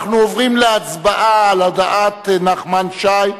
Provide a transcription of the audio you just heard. אנחנו עוברים להצבעה על הודעת נחמן שי,